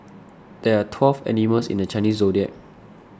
there are twelve animals in the Chinese zodiac